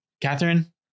Catherine